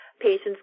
patients